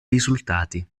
risultati